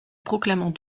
proclamant